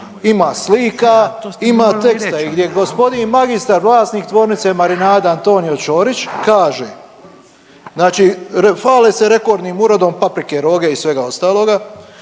Ima slika, ima teksta i gdje gospodin magistar vlasnik tvornice Marinada Antonio Ćorić kaže, znači fale se rekordnim urodom paprike roge i svega ostaloga,